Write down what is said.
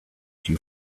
you